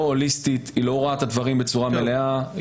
הוליסטית ולא רואה את הדברים בצורה מלאה.